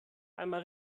einmal